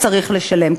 או צריך לשלם,